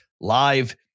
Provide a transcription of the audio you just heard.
live